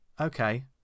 okay